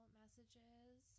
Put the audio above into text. messages